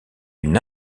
une